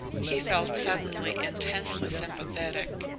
he felt suddenly intensely sympathetic,